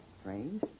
Strange